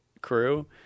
crew